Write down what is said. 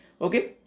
Okay